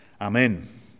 Amen